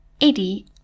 Eddie